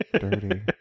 dirty